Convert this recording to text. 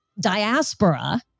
diaspora